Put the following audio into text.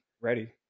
ready